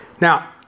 Now